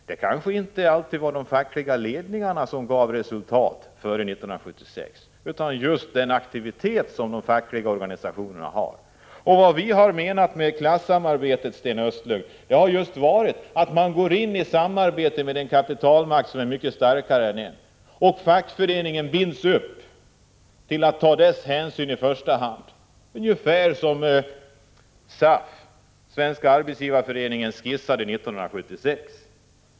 Det var kanske inte alltid de fackliga ledningarna som fick fram resultat före 1976 utan just de fackliga organisationernas aktivitet. När vi har talat om klassamarbete, har vi syftat på detta att man går in i samarbete med en kapitalmakt som är mycket starkare, varvid fackföreningen binds upp till att i första hand ta hänsyn till kapitalmakten — ungefär som Svenska arbetsgivareföreningen skisserade 1976.